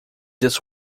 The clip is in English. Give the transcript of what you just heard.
this